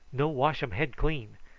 no wash um head clean.